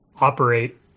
operate